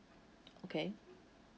okay